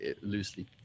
loosely